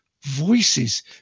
voices